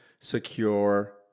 secure